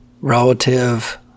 relative